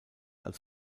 als